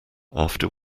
after